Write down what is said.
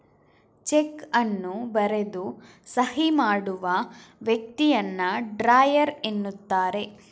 check ಅನ್ನು ಬರೆದು ಸಹಿ ಮಾಡುವ ವ್ಯಕ್ತಿಯನ್ನ ಡ್ರಾಯರ್ ಎನ್ನುತ್ತಾರೆ